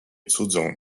cudzą